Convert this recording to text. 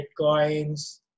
bitcoins